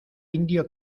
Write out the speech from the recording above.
indio